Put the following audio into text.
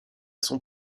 son